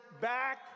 back